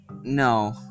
no